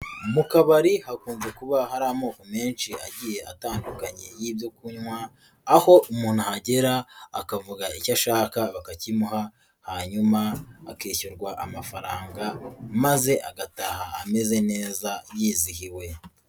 mu kabari hakunze kuba hari amoko menshi agiye atandukanye y'ibyo kunywa, aho umuntu agera akavuga icyo ashaka bakakimuha hanyuma akishyurwa amafaranga maze agataha ameze neza yizihiwe.